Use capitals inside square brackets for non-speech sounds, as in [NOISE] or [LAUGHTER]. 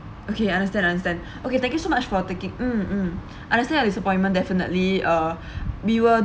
okay understand understand [BREATH] okay thank you so much for taking mm mm [BREATH] understand your disappointment definitely uh [BREATH] we will